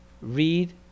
read